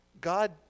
God